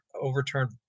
overturned